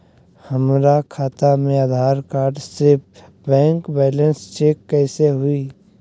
हमरा खाता में आधार कार्ड से बैंक बैलेंस चेक कैसे हुई?